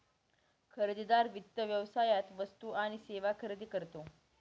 खरेदीदार वित्त व्यवसायात वस्तू आणि सेवा खरेदी करतो